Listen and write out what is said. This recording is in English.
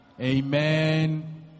amen